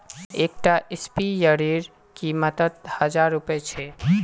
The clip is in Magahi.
एक टा स्पीयर रे कीमत त हजार रुपया छे